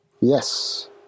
Yes